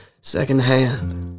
secondhand